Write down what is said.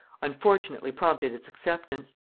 unfortunately prompted its acceptance.